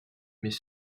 mais